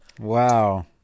Wow